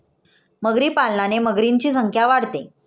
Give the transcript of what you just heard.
मगरी पालनाने मगरींची संख्या वाढते